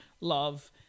love